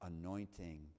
anointing